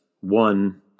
one